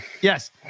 Yes